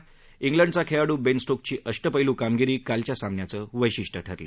कनंडचा खेळाडू बेन स्टोक्सची अष्टपद्धीकामगिरी कालच्या सामन्याचं वश्विष्ट्य ठरली